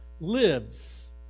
lives